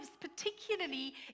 particularly